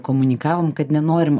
komunikavom kad nenorim